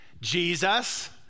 Jesus